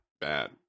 bad